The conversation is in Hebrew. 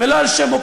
ולא על שמוקרטיה,